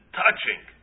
touching